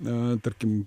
na tarkim